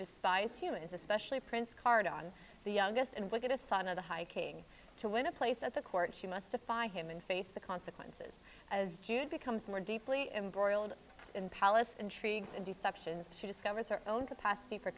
despised humans especially prince card on the youngest and wickedest son of the high king to win a place at the court she must to find him and face the consequences as jude becomes more deeply embroiled in palace intrigues and deceptions she discovers her own capacity for